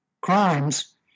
crimes